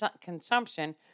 consumption